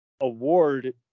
award